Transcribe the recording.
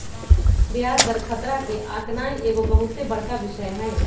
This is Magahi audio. ब्याज दर खतरा के आकनाइ एगो बहुत बड़का विषय हइ